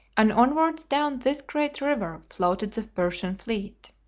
and onwards down this great river floated the persian fleet.